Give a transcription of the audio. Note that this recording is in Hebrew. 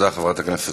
אני מבקש,